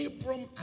Abram